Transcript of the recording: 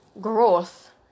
growth